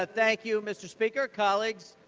ah thank you, mr. speaker, colleagues.